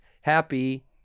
Happy